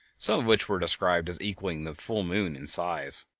some of which were described as equaling the full moon in size.